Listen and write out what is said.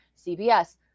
CBS